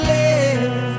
live